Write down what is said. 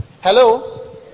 hello